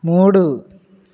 మూడు